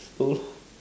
no lah